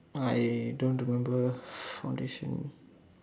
I don't want to remember foundation